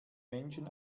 menschen